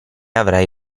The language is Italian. avrai